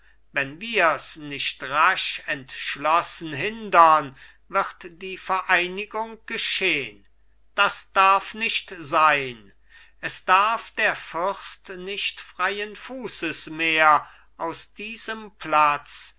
wenn wirs nicht raschentschlossen hindern wird die vereinigung geschehn das darf nicht sein es darf der fürst nicht freien fußes mehr aus diesem platz